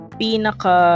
pinaka